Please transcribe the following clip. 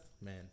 man